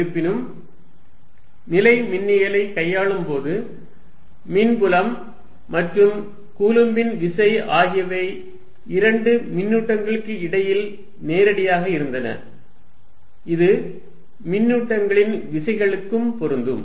இருப்பினும் நிலை மின்னியலை கையாளும் போது மின்புலம் மற்றும் கூலும்பின் விசை ஆகியவை இரண்டு மின்னூட்டங்களுக்கு இடையில் நேரடியாக இருந்தன இது மின்னூட்டங்களின் விசைகளுக்கும் பொருந்தும்